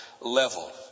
level